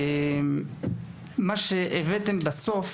מה שהבאתם בסוף